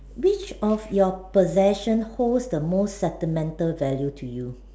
which of your possession holds the most sentimental value to you